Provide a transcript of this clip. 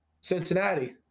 Cincinnati